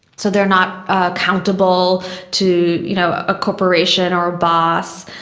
so they are not accountable to you know a corporation or a boss.